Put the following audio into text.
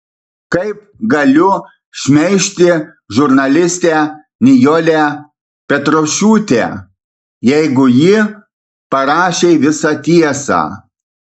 kaip galiu šmeižti žurnalistę nijolę petrošiūtę jeigu ji parašė visą tiesą